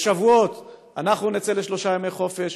בשבועות אנחנו נצא לשלושה ימי חופש,